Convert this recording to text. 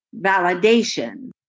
validation